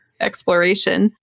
exploration